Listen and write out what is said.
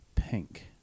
Pink